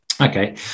Okay